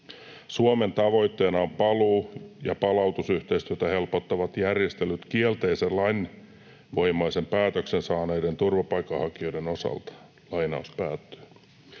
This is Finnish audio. Suomen tavoitteena on paluu- ja palautusyhteistyötä helpottavat järjestelyt kielteisen lainvoimaisen päätöksen saaneiden turvapaikanhakijoiden osalta.” Sisäministeriön